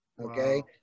okay